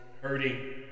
hurting